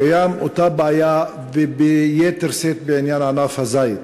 קיימת אותה בעיה, וביתר שאת, בענף הזית,